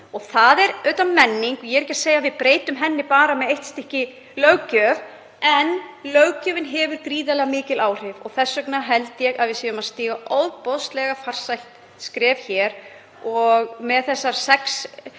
Það er auðvitað menning og ég er ekki að segja að við breytum henni bara með einni löggjöf en löggjöfin hefur gríðarlega mikil áhrif. Þess vegna held ég að við séum að stíga ofboðslega farsælt skref hér með þessar sex